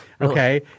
Okay